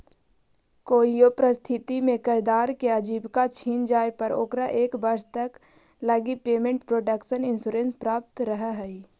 कोइयो परिस्थिति में कर्जदार के आजीविका छिन जाए पर ओकरा एक वर्ष तक लगी पेमेंट प्रोटक्शन इंश्योरेंस प्राप्त रहऽ हइ